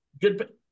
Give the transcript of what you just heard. Good